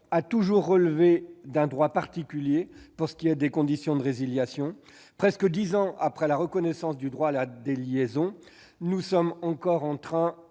a toujours relevé d'un droit particulier pour ce qui est des conditions de résiliation. Presque dix ans après la reconnaissance du droit à la déliaison, nous sommes encore en train